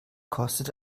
kostet